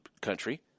country